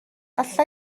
alla